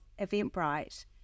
Eventbrite